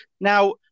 Now